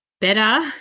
better